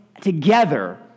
together